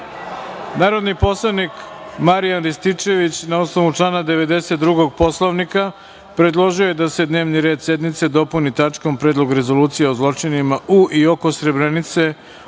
predlog. Narodni poslanik Marijan Rističević, na osnovu člana 92. Poslovnika, predložio je da se dnevni red sednice dopuni tačkom – Predlog rezolucije o zločinima u i oko Srebrenice